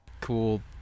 cool